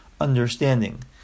understanding